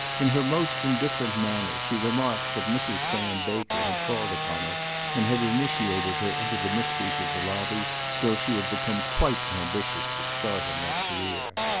in her most indifferent manner she remarked that mrs. sam baker had called upon her and had initiated her into the mysteries of the lobby till she had become quite ambitious to start on that career.